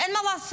אין מה לעשות.